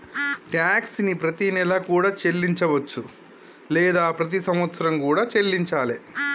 tax ని ప్రతినెలా కూడా చెల్లించవచ్చు లేదా ప్రతి సంవత్సరం కూడా చెల్లించాలే